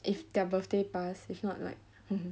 if their birthday pass if not like